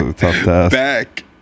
Back